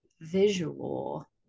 visual